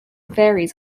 varies